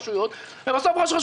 המזערית ביותר בנוף.